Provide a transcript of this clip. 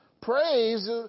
Praise